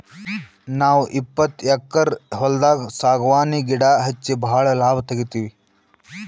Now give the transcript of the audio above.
ನಾವ್ ಇಪ್ಪತ್ತು ಎಕ್ಕರ್ ಹೊಲ್ದಾಗ್ ಸಾಗವಾನಿ ಗಿಡಾ ಹಚ್ಚಿ ಭಾಳ್ ಲಾಭ ತೆಗಿತೀವಿ